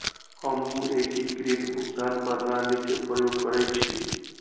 हमहु एकीकृत भुगतान प्रणाली के प्रयोग करइछि